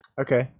Okay